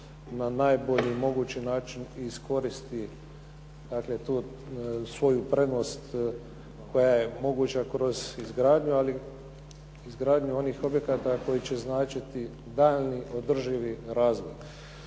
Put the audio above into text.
na najbolji mogući način iskoristi dakle tu svoju prednost koja je moguća kroz izgradnju, ali izgradnju onih objekata koji će značiti daljnji održivi razvoj.